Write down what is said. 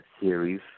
series